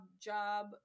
job